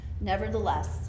nevertheless